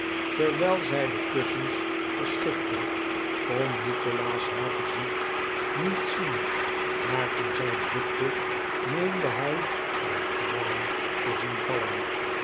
terwijl zij de kussens verschikte kon nikolaas haar gezicht niet zien maar toen zij bukte meende hij een traan te zien vallen